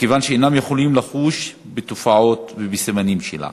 מכיוון שאינם יכולים לחוש בתופעות ובסימנים שלה.